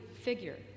figure